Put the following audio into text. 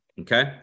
okay